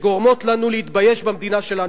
שגורמות לנו להתבייש במדינה שלנו,